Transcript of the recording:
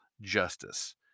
justice